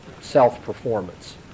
self-performance